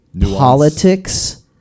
politics